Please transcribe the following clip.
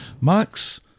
Max